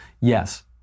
Yes